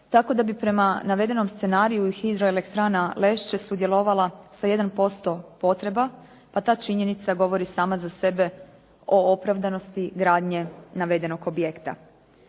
tako da bi prema navedenom scenariju i hidroelektrana Lešće sudjelovala sa 1% potreba, pa ta činjenica govori sama za sebe o opravdanosti gradnje navedenog objekta.